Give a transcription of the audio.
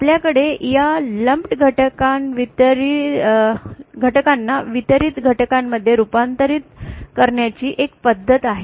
आपल्याकडे या लम्प घटकांना वितरित घटकांमध्ये रूपांतरित करण्याची एक पद्धत आहे